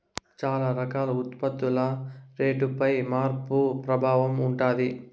చాలా రకాల ఉత్పత్తుల రేటుపై మార్పు ప్రభావం ఉంటది